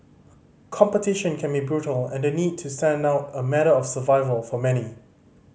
competition can be brutal and the need to stand out a matter of survival for many